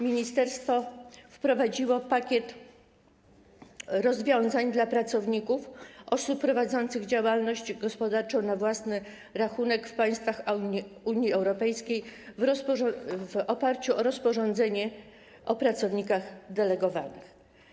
Ministerstwo wprowadziło pakiet rozwiązań dla pracowników, osób prowadzących działalność gospodarczą na własny rachunek w państwach Unii Europejskiej w oparciu o rozporządzenie o pracownikach delegowanych.